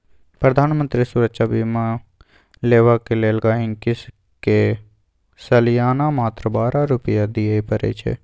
प्रधानमंत्री सुरक्षा जीबन बीमा लेबाक लेल गांहिकी के सलियाना मात्र बारह रुपा दियै परै छै